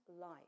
life